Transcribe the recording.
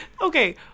Okay